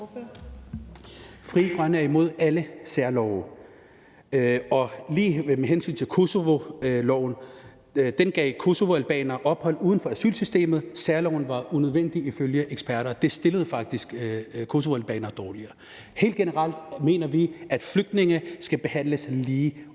Frie Grønne er imod alle særlove. Og lige med hensyn til Kosovoloven gav den kosovoalbanere ophold uden for asylsystemet. Særloven var ifølge eksperter unødvendig; den stillede faktisk kosovoalbanere dårligere. Helt generelt mener vi, at flygtninge skal behandles lige,